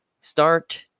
start